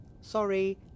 Sorry